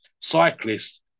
Cyclists